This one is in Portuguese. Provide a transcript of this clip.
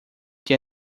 que